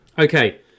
Okay